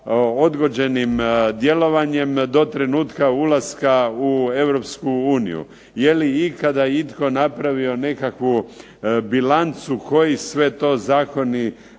odgođenim djelovanjem do trenutka ulaska u Europsku uniju. Je li ikada itko napravio nekakvu bilancu koji sve to zakoni